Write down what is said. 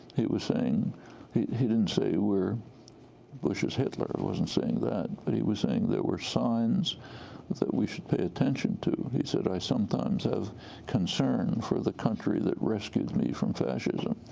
he was saying he he didn't say we're bush is hitler, wasn't saying that. but he was saying there were signs that we should pay attention to. he said, i sometimes have concern for the country that rescued me from fascism,